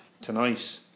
tonight